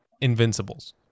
invincibles